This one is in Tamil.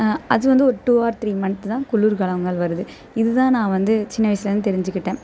அது வந்து ஒரு டூ ஆர் த்ரீ மந்த் தான் குளிர்காலங்கள் வருது இதுதான் நான் வந்து சின்ன வயசுலேருந்து தெரிஞ்சுக்கிட்டேன்